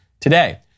today